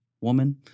woman